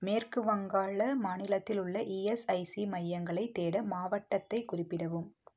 மேற்கு வங்காள மாநிலத்தில் உள்ள இஎஸ்ஐசி மையங்களைத் தேட மாவட்டத்தைக் குறிப்பிடவும்